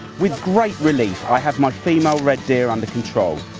with great relief i have my female red deer under control.